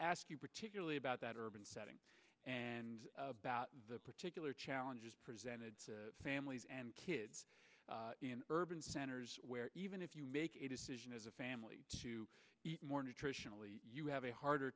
ask you particularly about that urban setting and about the particular challenges presented to families and kids in urban centers where even if you make a decision as a family to more nutritionally you have a harder